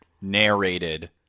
narrated